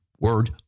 word